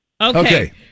Okay